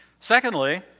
Secondly